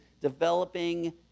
developing